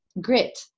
grit